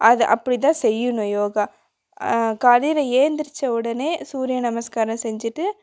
அதை அப்படி தான் செய்யணும் யோகா காலையில் ஏழுந்திரிச்ச உடனே சூரிய நமஸ்க்காரம் செஞ்சிட்டு